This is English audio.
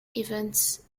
events